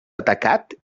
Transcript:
atacat